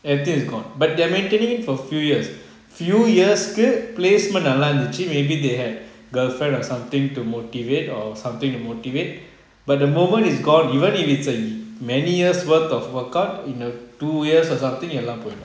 health is gone but they're mentally for a few years few years கு:ku placement நல்ல இருந்துச்சி:nalla irunthuchi maybe they have girlfriend or something to motivate or something to motivate but the moment is gone even if it's err many years worth of workout in the two years or something எல்லாம் போய்டும்:ellam poidum